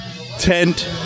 tent